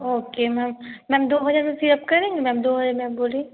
okay ma'am ma'am दो हजार में फिर आप करेंगी मैम दो हजार में आप बोलिये